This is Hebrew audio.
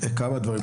כמה דברים.